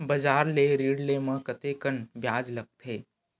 बजार ले ऋण ले म कतेकन ब्याज लगथे?